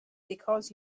because